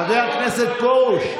חבר הכנסת פרוש,